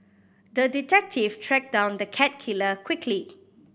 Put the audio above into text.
the detective tracked down the cat killer quickly